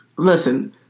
Listen